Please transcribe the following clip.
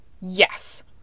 Yes